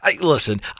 Listen